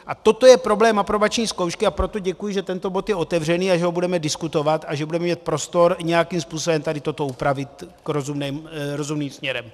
A toto je problém aprobační zkoušky, a proto děkuji, že tento bod je otevřený, že ho budeme diskutovat a že budeme mít prostor nějakým způsobem tady toto upravit rozumným směrem.